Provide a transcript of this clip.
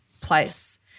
place